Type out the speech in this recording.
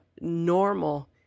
normal